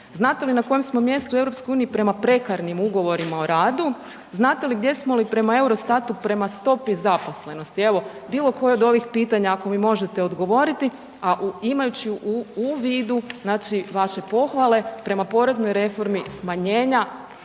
Znate li na kojem smo mjestu u EU prema prekarnim ugovorima o radu? Znate li gdje smo prema Eurostatu, prema stopi zaposlenosti? Evo, bilo koje od ovih pitanja ako mi možete odgovoriti, a imajući u vidu znači vaše pohvale prema poreznoj reformi smanjenja